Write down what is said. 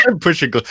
Pushing